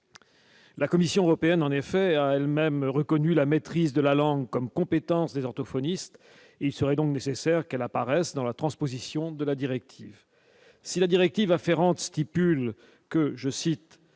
La Commission européenne, en effet, a elle-même reconnu la maîtrise de la langue comme compétence des orthophonistes et il serait donc nécessaire qu'elle apparaisse dans la transposition de la directive si la directive afférentes stipule que, je cite,